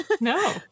no